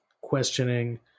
questioning